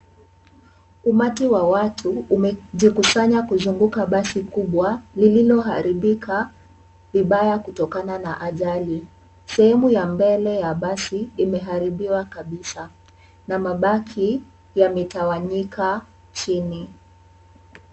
Umati wa watu umejikusanya kuzunguka basi kubwa lililoharibika vibaya kutokana na ajali. Sehemu ya mbele ya basi imeharibiwa kabisa na mabaki yametawanyika chini.